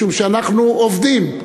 משום שאנחנו עובדים,